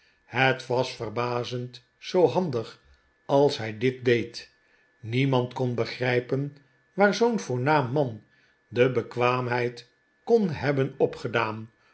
het was verbazend zoo handig als hij dit deed niemand kon begrijpen waar zoo'n voornaam man de bekwaamheid kon hebben opgedaan